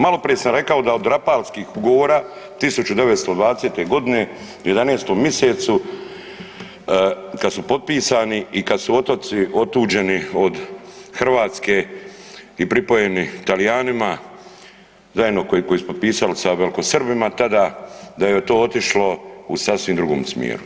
Maloprije sam rekao da od Rapalskih ugovora 1920. godine u 11. misecu kad su potpisani i kad su otoci otuđeni od Hrvatske i pripojeni Talijanima zajedno koji su potpisali sa velikosrbima tada da je to otišlo u sasvim drugom smjeru.